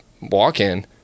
walk-in